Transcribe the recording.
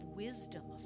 wisdom